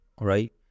right